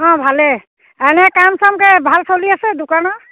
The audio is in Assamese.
অঁ ভালেই এনে কাম চামকে ভাল চলি আছে দোকানত